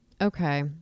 Okay